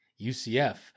UCF